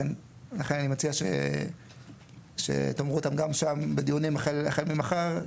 לכן אני מציע שתאמרו אותם גם שם בדיונים החל ממחר,